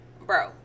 Bro